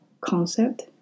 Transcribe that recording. concept